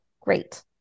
great